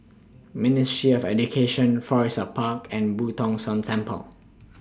Ministry of Education Florissa Park and Boo Tong San Temple